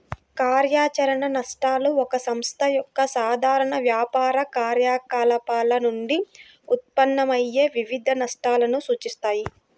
కార్యాచరణ నష్టాలు ఒక సంస్థ యొక్క సాధారణ వ్యాపార కార్యకలాపాల నుండి ఉత్పన్నమయ్యే వివిధ నష్టాలను సూచిస్తాయి